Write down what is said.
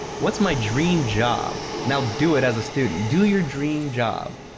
what is my dream job? now, do it as a student. do your dream job.